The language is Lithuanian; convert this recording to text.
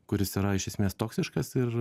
kuris yra iš esmės toksiškas ir